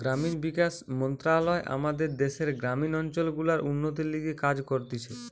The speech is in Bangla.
গ্রামীণ বিকাশ মন্ত্রণালয় আমাদের দ্যাশের গ্রামীণ অঞ্চল গুলার উন্নতির লিগে কাজ করতিছে